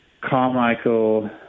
Carmichael